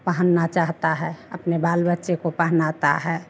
पहनना चाहता है अपने बाल बच्चे को पहनाता है